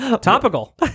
Topical